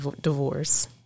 divorce